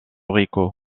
rico